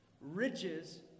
riches